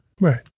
Right